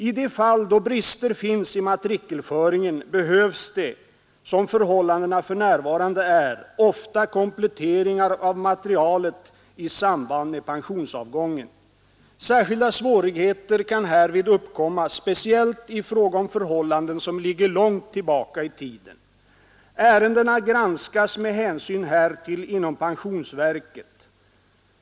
I de fall då brister finns i matrikelföringen behövs det, som förhållandena för närvarande är, ofta kompletteringar av materialet i samband med pensionsavgången. Särskilda svårigheter kan härvid uppkomma, speciellt i fråga om förhållanden som ligger långt tillbaka i tiden. Ärendena granskas med hänsyn härtill inom pensionsverket.